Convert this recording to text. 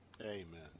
Amen